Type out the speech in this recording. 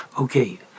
okay